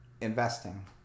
investing